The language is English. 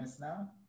now